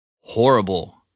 horrible